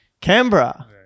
canberra